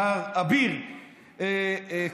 מר אביר קארה,